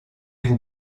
vous